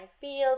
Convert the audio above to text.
field